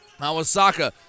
Awasaka